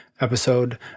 episode